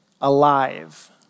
alive